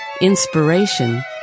inspiration